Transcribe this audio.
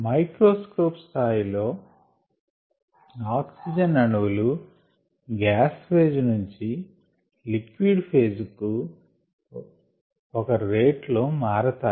micro scope స్థాయి లో మాట్లాడితే ఆక్సిజన్ అణువులు గ్యాస్ పేజ్ నుంచి లిక్విడ్ పేజ్ కు ఒక రేట్ లో మారతాయి